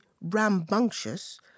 rambunctious